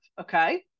Okay